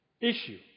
issue